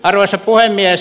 arvoisa puhemies